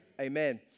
Amen